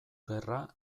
gerra